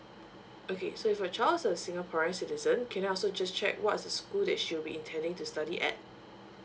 okay so if your child's a singaporean citizen can I also just check what's the school that she'll be intending to study at